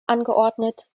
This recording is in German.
angeordnet